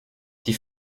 die